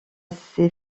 ses